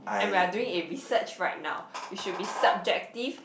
and we are doing a research right now we should be subjective